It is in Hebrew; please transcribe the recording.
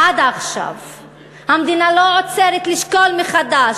עד עכשיו המדינה לא עוצרת לשקול מחדש.